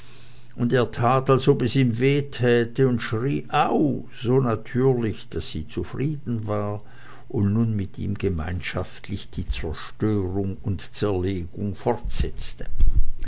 und er tat als ob es ihm weh täte und schrie au so natürlich daß sie zufrieden war und nun mit ihm gemeinschaftlich die zerstörung und zerlegung fortsetzte